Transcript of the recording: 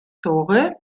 tore